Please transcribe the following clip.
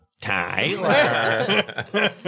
Tyler